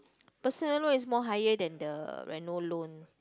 personal loan is more higher than the annual loan